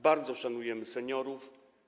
Bardzo szanujemy seniorów.